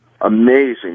Amazing